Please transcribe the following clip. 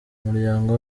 umuryango